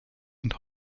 and